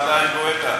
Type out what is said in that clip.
שנתיים, גואטה.